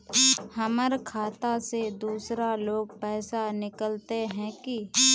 हमर खाता से दूसरा लोग पैसा निकलते है की?